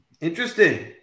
interesting